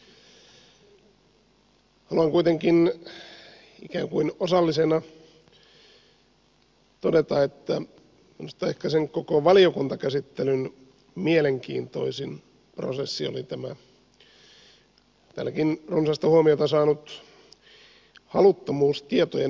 haluan kuitenkin ikään kuin osallisena todeta että minusta ehkä sen koko valiokuntakäsittelyn mielenkiintoisin prosessi oli tämä täälläkin runsasta huomiota saanut haluttomuus tietojen luovuttamiseen